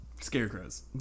Scarecrows